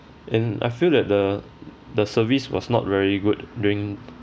and I feel that the the service was not very good during